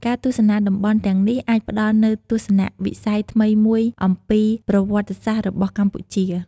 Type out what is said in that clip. ការទស្សនាតំបន់ទាំងនេះអាចផ្តល់នូវទស្សនៈវិស័យថ្មីមួយអំពីប្រវត្តិសាស្រ្តរបស់កម្ពុជា។